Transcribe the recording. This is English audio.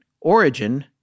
Origin